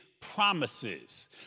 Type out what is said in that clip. promises